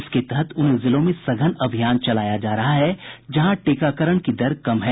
इसके तहत उन जिलों में सघन अभियान चलाया रहा है जहां टीकाकरण की दर कम है